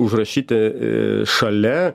užrašyti šalia